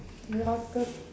locket